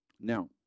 Now